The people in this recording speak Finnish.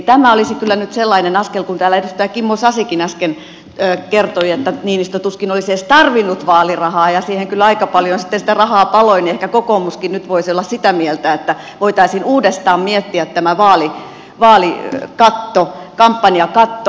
tämä olisi kyllä nyt sellainen askel että kun täällä edustaja kimmo sasikin äsken kertoi että niinistö tuskin olisi edes tarvinnut vaalirahaa ja siihen kyllä aika paljon sitten sitä rahaa paloi niin ehkä kokoomuskin nyt voisi olla sitä mieltä että voitaisiin uudestaan miettiä tämä vaalikatto kampanjakatto